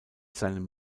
seinem